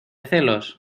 celos